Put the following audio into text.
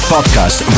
podcast